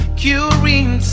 curing